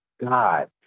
God